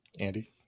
Andy